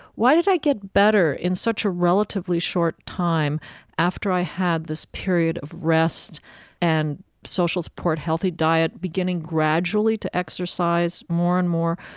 why did i get better in such a relatively short time after i had this period of rest and social support, healthy diet, beginning gradually to exercise more and more?